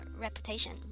reputation